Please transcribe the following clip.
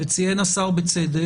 ציין השר בצדק,